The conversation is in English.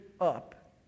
up